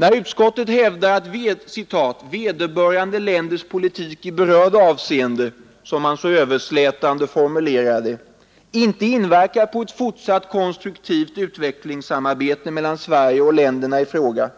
När utskottet hävdar att ”vederbörande länders politik i berörda avseende” — som man överslätande formulerar det — inte inverkar på ett fortsatt konstruktivt utvecklingssamarbete mellan Sverige och länderna i fråga,